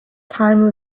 time